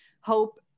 hope